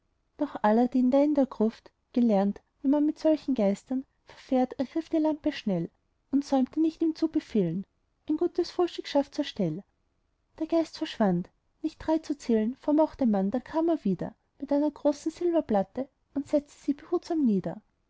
doch aladdin der in der gruft gelernt wie man mit solchen geistern verfährt ergriff die lampe schnell und säumte nicht ihm zu befehlen ein gutes frühstück schaff zur stell der geist verschwand nicht drei zu zählen vermochte man da kam er wieder mit einer großen silberplatte und setzte sie behutsam nieder